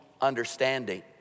understanding